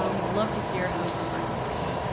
um we'd love to hear how this is working for you.